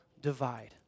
divide